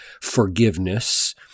forgiveness—